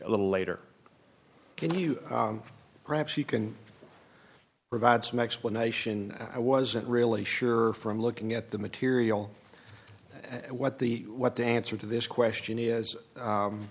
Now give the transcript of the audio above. a little later can you perhaps you can provide some explanation i wasn't really sure from looking at the material and what the what the answer to this question is